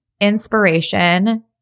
inspiration